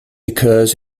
occurs